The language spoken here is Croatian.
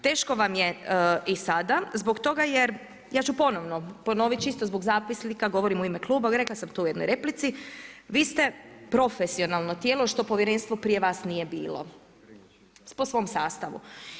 Teško vam je i sada zbog toga jer, ja ću ponovno ponoviti, čisto zbog zapisnika, govorim u ime kluba, rekla sam to u jednoj replici, vi ste profesionalno tijelo što povjerenstvo prije vas nije bilo po svom sastavu.